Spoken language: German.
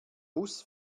bus